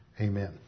Amen